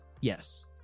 Yes